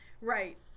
right